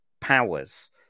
powers